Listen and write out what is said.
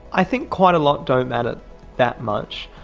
i think quite a lot don't matter that much,